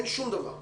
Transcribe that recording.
אין שום דבר.